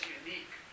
unique